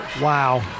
Wow